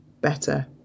better